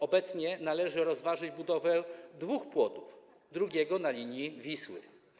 Obecnie należy rozważyć budowę dwóch płotów, drugiego na linii Wisły.